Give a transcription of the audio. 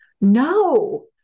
No